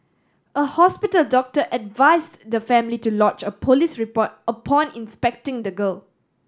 a hospital doctor advised the family to lodge a police report upon inspecting the girl